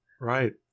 Right